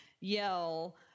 yell